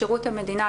שירות המדינה,